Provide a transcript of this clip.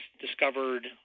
discovered